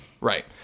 Right